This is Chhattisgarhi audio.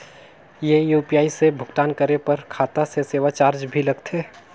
ये यू.पी.आई से भुगतान करे पर खाता से सेवा चार्ज भी लगथे?